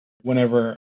whenever